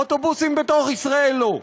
אוטובוסים בתוך ישראל לא.